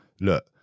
look